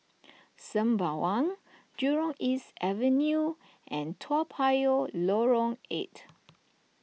Sembawang Jurong East Avenue and Toa Payoh Lorong eight